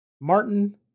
Martin